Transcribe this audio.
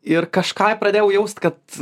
ir kažką pradėjau jaust kad